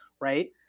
right